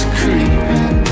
creeping